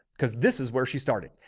because this is where she started.